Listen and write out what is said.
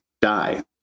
die